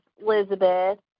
Elizabeth